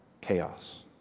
chaos